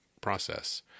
process